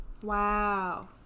Wow